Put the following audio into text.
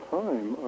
time